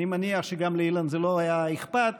אני מניח שגם לאילן זה לא היה אכפת,